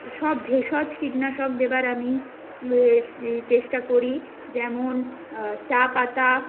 সব ভেষজ কীটনাশক দেবার আমি চেষ্টা করি যেমন চা পাতা